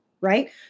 right